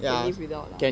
can live without lah